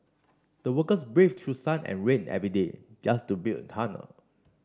the workers braved through sun and rain every day just to build the tunnel